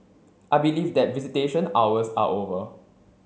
I believe that visitation hours are over